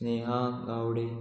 Sneha Gawade